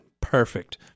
Perfect